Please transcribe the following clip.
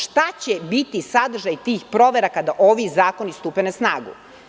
Šta će biti sadržaj tih provera kada ovi zakoni stupe na snagu?